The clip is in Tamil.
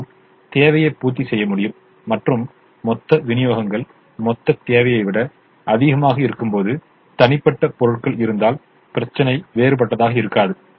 நாம் தேவையை பூர்த்தி செய்ய முடியும் மற்றும் மொத்த விநியோகங்கள் மொத்த தேவையை விட அதிகமாக இருக்கும்போது தனிப்பட்ட பொருட்கள் இருந்தால் பிரச்சினை வேறுபட்டதாக இருக்காது